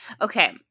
Okay